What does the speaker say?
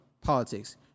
politics